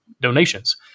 donations